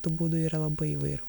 tų būdų yra labai įvairių